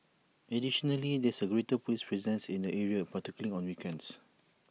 additionally there is A greater Police presence in the area particularly on weekends